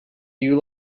you